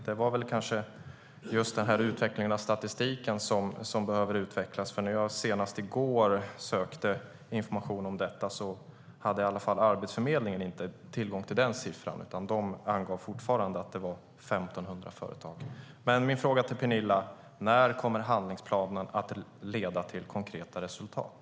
Det var kanske just utvecklingen av statistiken som behövde utvecklas, för när jag senast i går sökte information om detta hade i alla fall Arbetsförmedlingen inte tillgång till den siffran, utan de angav fortfarande att det var 1 500 företag. Min fråga till Penilla är dock: När kommer handlingsplanen att leda till konkreta resultat?